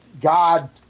god